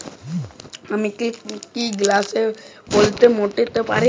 আমি কি গ্যাসের বিল মেটাতে পারি?